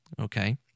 okay